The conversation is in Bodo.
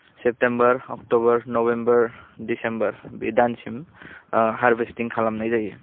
सेप्तेम्बर अक्ट'बर नबेम्बर डिसिम्बर बे दानसिम हारभेस्टिं खालामनाय जायो